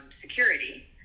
security